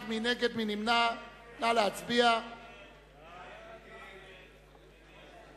בעורכי-דין זרים ומשרדי עורכי-דין זרים.